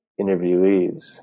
interviewees